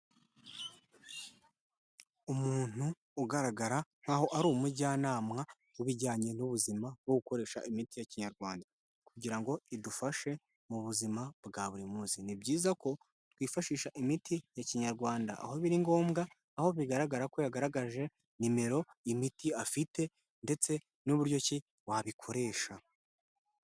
Umuntu ugaragara nk'aho ari umujyanama wibijyanye n'ubuzima bwo gukoresha imiti ya kinyarwanda kugira ngo idufashe mu buzima bwa buri munsi ni byiza ko twifashisha imiti ya kinyarwanda aho biri ngombwa aho bigaragara ko yagaragaje nimero imiti afite ndetse n'uburyo ki wabikoresha.